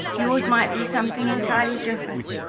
yours might be something entirely different,